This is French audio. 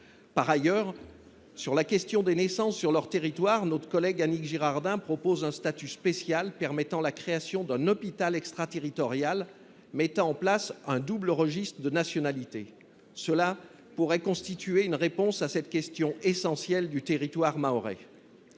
Par ailleurs, sur la question des naissances sur ce territoire, notre collègue Annick Girardin propose un statut spécial permettant la création d’un hôpital extraterritorial accompagné d’un double registre de nationalité. Cela pourrait constituer une réponse à cette question essentielle. Des moyens